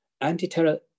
anti-terror